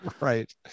right